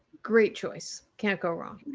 great choice. can't go wrong.